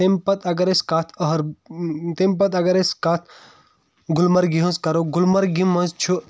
تَمہِ پَتہٕ اَگر أسۍ کَتھ أہر تَمہِ پَتہٕ اَگر أسۍ کَتھ گُلمرگہِ ہٕنٛز کَرو گُلمرگہِ منٛز چھِ